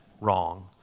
wrong